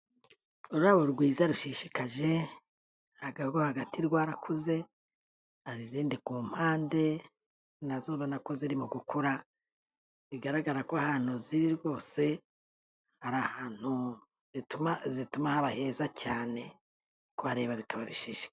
Ururabo rwiza rushishikaje, hakaba hagati rwarakuze, hari izindi ku mpande, na zo ubona ko zirimo gukura, bigaragara ko ahantu ziri rwose ari ahantu zituma haba heza cyane, kuhareba bikaba bishimishije.